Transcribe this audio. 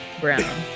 Brown